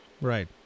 Right